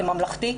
זה ממלכתי.